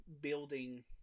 building